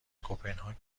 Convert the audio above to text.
کپنهاک